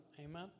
Amen